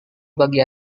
bagi